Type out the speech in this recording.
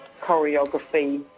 choreography